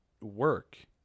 work